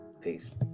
Peace